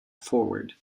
forward